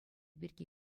пирки